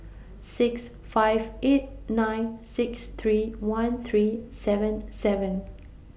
six five eight nine six three one three seven seven